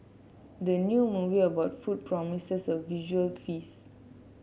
the new movie about food promises a visual feast